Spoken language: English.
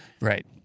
Right